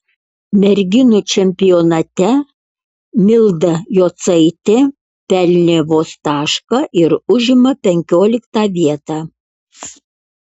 merginų čempionate milda jocaitė pelnė vos tašką ir užima penkioliktą vietą